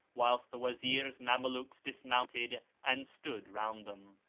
whilst the wazir's mamelukes dismounted and stood round them.